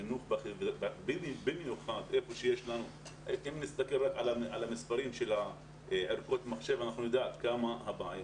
אבל אם נסתכל על המספרים של ערכות המחשב אנחנו נדע עד כמה גדולה הבעיה.